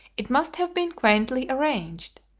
it must have been quaintly arranged.